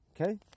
okay